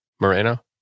Moreno